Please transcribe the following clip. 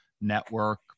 network